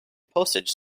postage